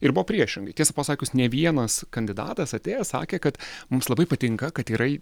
ir buvo priešingai čia pasakius ne vienas kandidatas atėjęs sakė kad mums labai patinka kad yra